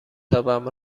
تاپم